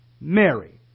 Mary